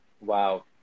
Wow